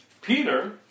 Peter